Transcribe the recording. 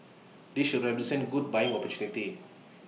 this should represent good buying opportunity